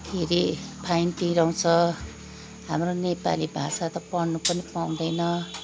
के अरे फाइन तिराउँछ हाम्रो नेपाली भाषा त पढ्नु पनि पाउँदैन